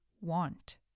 want